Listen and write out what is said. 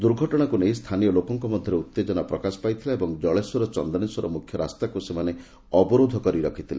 ଦୁର୍ଘଟଶାକୁ ନେଇ ସ୍ଚାନୀୟ ଲୋକଙ୍ ମଧ୍ଧରେ ଉଉେଜନା ପ୍ରକାଶ ପାଇଥିଲା ଏବଂ ଜଳେଶ୍ୱର ଚନ୍ଦନେଶ୍ୱର ମୁଖ୍ୟ ରାସ୍ତାକୁ ସେମାନେ ଅବରୋଧ କରି ରଖିଥିଲେ